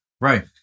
Right